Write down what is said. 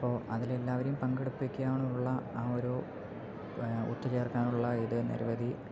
അപ്പൊൾ അതില് എല്ലാവരെയും പങ്കെടുപ്പിക്കാനുള്ള ആ ഒരു ഒത്തുചേർക്കാനുള്ള ഇത് നിരവധി